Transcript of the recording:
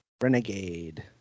Renegade